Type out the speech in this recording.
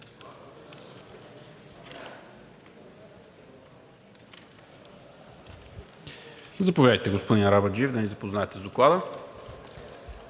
Заповядайте, господин Арабаджиев, да ни запознаете с Доклада.